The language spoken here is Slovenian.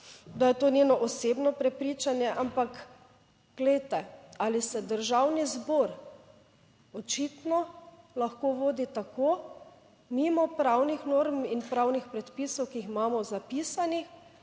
da je to njeno osebno prepričanje, ampak glejte, ali se Državni zbor očitno lahko vodi tako mimo pravnih norm in pravnih predpisov, ki jih imamo zapisanih,